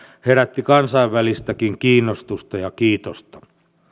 herätti kansainvälistäkin kiinnostusta ja kiitosta